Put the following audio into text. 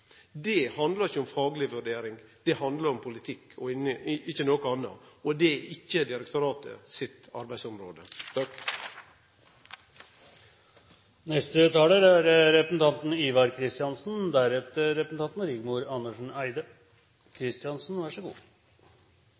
Det handlar ikkje om fagleg vurdering, det handlar om politikk og ikkje noko anna. Og det er ikkje direktoratet sitt arbeidsområde. Det er